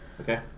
Okay